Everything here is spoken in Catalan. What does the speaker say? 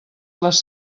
les